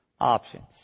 options